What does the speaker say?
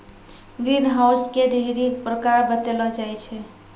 green house के ढ़ेरी प्रकार बतैलो जाय छै